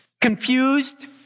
confused